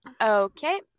Okay